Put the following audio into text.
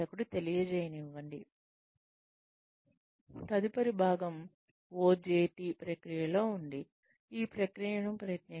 OJT ప్రక్రియలో తదుపరి భాగం ఈ ప్రక్రియను ప్రయత్నించండి